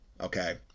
Okay